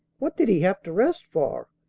what did he have to rest for?